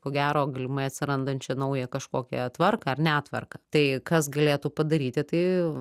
ko gero galimai atsirandančią naują kažkokią tvarką ar netvarką tai kas galėtų padaryti tai